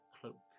cloak